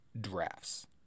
drafts